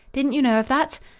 didn't you know of that?